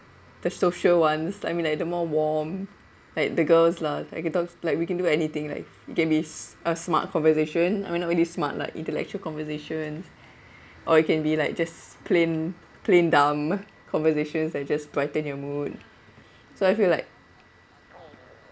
the social ones I mean like the more warm like the girls lah like talks like we can do anything like it can be s~ a smart conversation I mean not really smart like intellectual conversation or it can be like just plain plain dumb conversations that just brighten your mood so I feel like